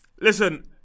Listen